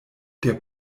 der